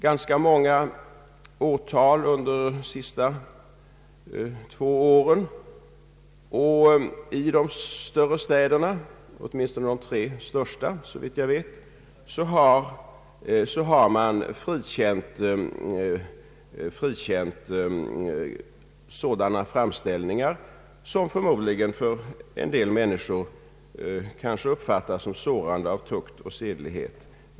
Ganska många åtal har skett under de senaste två åren, och i de större städerna — åtminstone i de tre största, såvitt jag vet — har man frikänt sådana framställ ningar som förmodligen av en del människor kanske uppfattas såsom sårande av tukt och sedlighet.